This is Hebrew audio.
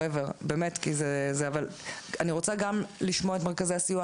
אני רוצה לשמוע גם את המשטרה,